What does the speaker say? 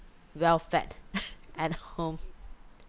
well-fed at home